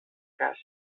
cas